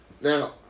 Now